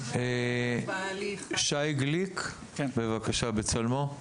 שי גליק, "בצלמו", בבקשה.